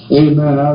amen